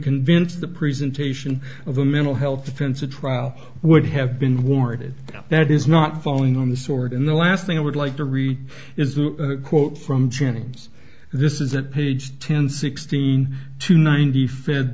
convinced the presentation of a mental health defense a trial would have been warranted that is not falling on the sword in the last thing i would like to read is the quote from jennings this is that page ten sixteen to ninety f